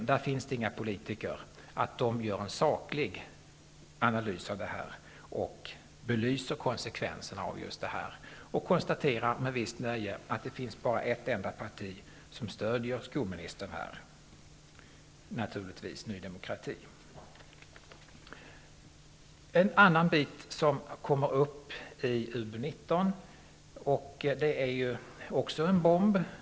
Där finns inga politiker med. Man får hoppas att den gör en saklig analys och belyser konsekvenserna. Jag konstaterar med visst nöje att bara ett enda parti stödjer skolministern här, naturligtvis Ny demokrati. Det finns en annan fråga i UbU19 som också är en ''bomb''.